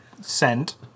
sent